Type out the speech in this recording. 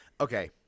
Okay